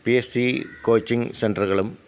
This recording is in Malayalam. പീ എസ് സി കോച്ചിങ് സെന്ററുകളും